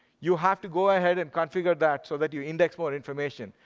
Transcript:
you have to go ahead and configure that so that you index more information.